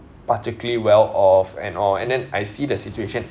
particularly well off and all and then I see the situation